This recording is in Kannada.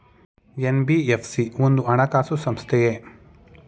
ಎನ್.ಬಿ.ಎಫ್.ಸಿ ಒಂದು ಹಣಕಾಸು ಸಂಸ್ಥೆಯೇ?